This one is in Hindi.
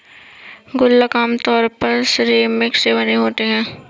गुल्लक आमतौर पर सिरेमिक से बने होते हैं